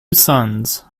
sons